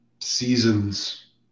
Seasons